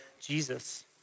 Jesus